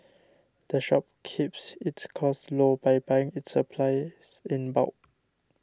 the shop keeps its costs low by buying its supplies in bulk